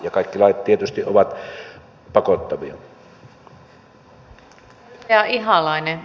ja kaikki lait tietysti ovat pakottavia